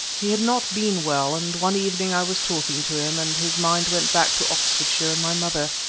he had not been well, and one evening i was talking to him, and his mind went back to oxfordshire and my mother.